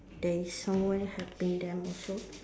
there is someone helping them also